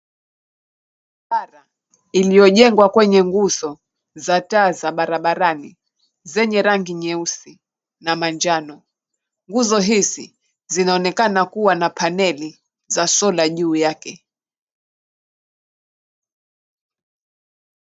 Barabara iliyojengwa kwenye nguzo za taa barabarani zenye rangi nyeusi na manjano. Nguzo hizi zinaonekana kuwa na paneli za sola juu yake.